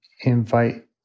invite